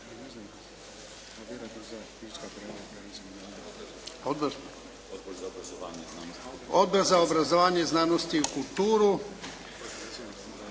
Odbor za obrazovanje znanost i kulturu,